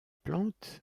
plantes